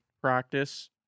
practice